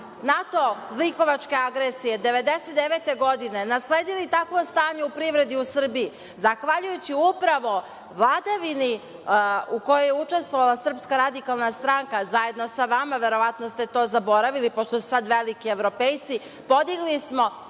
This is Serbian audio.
NATO zlikovačke agresije 1999. godine, nasledili takvo stanje u privredi u Srbiji, zahvaljujući upravo vladavini u kojoj je učestvovala Srpska radikalna stranka, zajedno sa vama, verovatno ste to zaboravili, pošto ste sad veliki evropejci, podigli smo